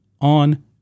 on